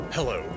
Hello